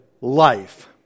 life